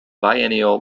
biennial